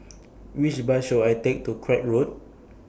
Which Bus should I Take to Craig Road